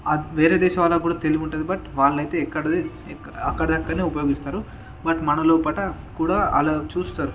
వేరే దేశాల వాళ్ళకి కూడా తెలివి ఉంటుంది బట్ వాళ్ళైతే ఎక్కడిది అక్కడక్కడనే ఉపయోగిస్తారు బట్ మన లోపల కూడా అలా చూస్తారు